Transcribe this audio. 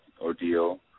ordeal